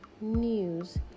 news